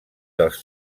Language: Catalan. dels